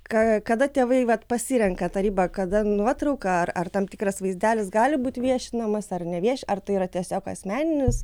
ką kada tėvai vat pasirenka tą ribą kada nuotrauką ar ar tam tikras vaizdelis gali būti viešinamas ar ne vieši ar tai yra tiesiog asmeninis